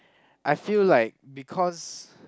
I feel like because